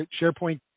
SharePoint